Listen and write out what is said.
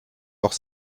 auch